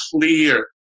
clear